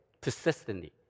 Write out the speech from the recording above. persistently